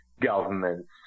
government's